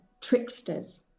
tricksters